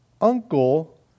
uncle